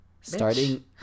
Starting